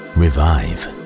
revive